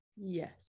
Yes